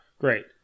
Great